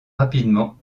rapidement